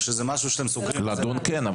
או שזה משהו שאתם סוגרים --- לדון כן,